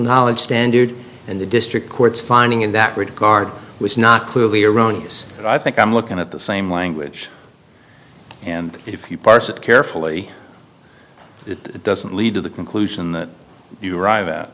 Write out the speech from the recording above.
knowledge standards and the district courts finding in that regard was not clearly erroneous i think i'm looking at the same language and if you parse it carefully it doesn't lead to the conclusion that you arrive at